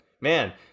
man